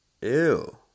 ew